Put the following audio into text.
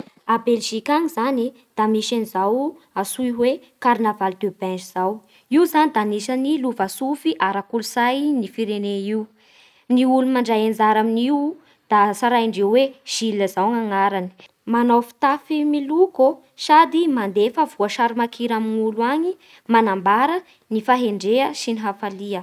A Belzika any zany da misy an'izao antsoy hoe carnaval de belge zao. Io zany dia anisan'ny lovatsofy ara-kolotsay ny firene io Ny olo mandray anjara amin'io da tsarandreo hoe Gil zao ny anarany Manao fitafy miloko ô sady mandefa voasary makira amin'olo any manambara ny fahendrea sy ny hafalia